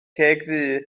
cegddu